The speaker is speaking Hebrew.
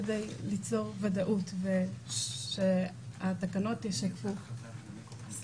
כדי ליצור ודאות ושהתקנות ישקפו את